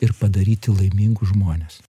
ir padaryti laimingus žmones